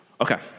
Okay